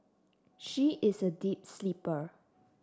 she is a deep sleeper